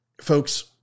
Folks